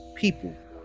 people